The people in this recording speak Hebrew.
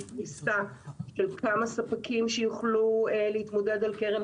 עסקה של כמה ספקים שיוכלו להתמודד על קרן